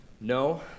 no